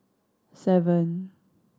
seven